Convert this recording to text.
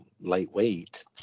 lightweight